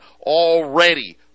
already